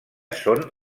són